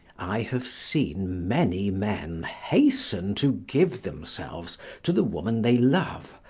i have seen many men hasten to give themselves to the woman they love,